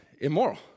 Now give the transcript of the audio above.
immoral